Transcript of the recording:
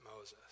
Moses